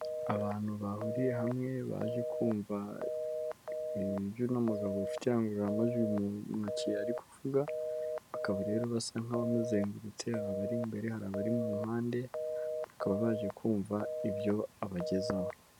Abantu bahuriye hamwe baje kumva ibyo uno mugabo ufite indangururamajwi mu ntoki ari kuvuga, bakaba rero basa nk'abamuzengurutse abari imbere, hari abari mu mpande bakaba baje kumva ibyo abagezaho.